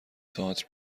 تئاتر